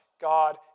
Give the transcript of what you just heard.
God